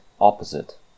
opposite